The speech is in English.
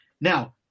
Now